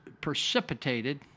precipitated